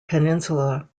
peninsula